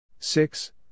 Six